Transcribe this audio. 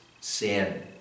sin